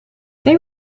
they